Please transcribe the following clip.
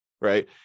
Right